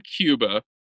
Cuba